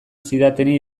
zidatenei